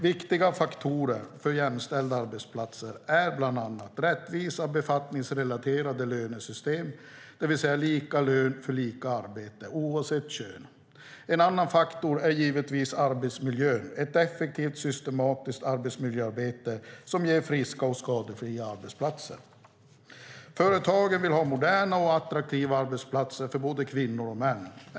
Viktiga faktorer för jämställda arbetsplatser är bland annat rättvisa befattningsrelaterade lönesystem, det vill säga lika lön för lika arbete oavsett kön. En annan faktor är givetvis arbetsmiljön. Ett effektivt systematiskt arbetsmiljöarbete ger friska och skadefria arbetsplatser. Företagen vill ha moderna och attraktiva arbetsplatser för både kvinnor och män.